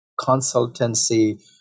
consultancy